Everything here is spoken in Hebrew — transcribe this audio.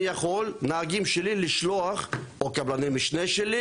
אני יכול נהגים שלי לשלוח או קבלני משנה שלי,